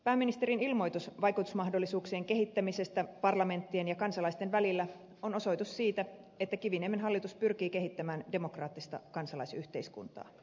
pääministerin ilmoitus vaikutusmahdollisuuksien kehittämisestä parlamenttien ja kansalaisten välillä on osoitus siitä että kiviniemen hallitus pyrkii kehittämään demokraattista kansalaisyhteiskuntaa